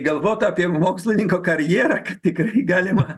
galvotų apie mokslininko karjerą kad tikrai galima